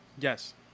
Yes